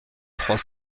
trois